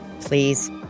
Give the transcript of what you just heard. Please